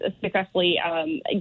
successfully